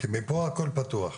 התמ"מ של עוספיה,